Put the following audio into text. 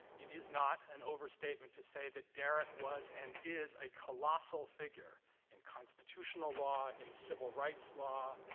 it is not an overstatement to say that derrick was and is a colossal figure in constitutional law, in civil rights law,